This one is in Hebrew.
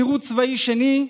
שירות צבאי שני,